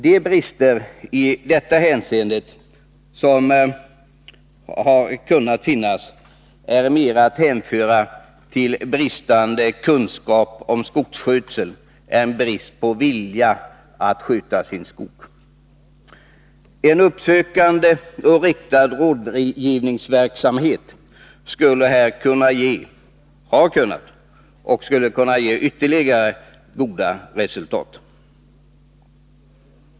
De brister i detta hänseende som har kunnat finnas är mera att hänföra till bristande kunskap om skogsskötsel än till bristande vilja att sköta sin skog. En uppsökande och riktad rådgivningsverksamhet har gett och skulle kunna ge ytterligare goda resultat.